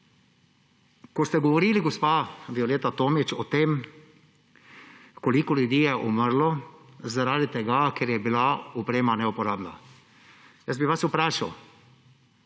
ko ste govorili, gospa Violeta Tomić, o tem, koliko ljudi je umrlo zaradi tega, ker je bila oprema neuporabna. Vprašal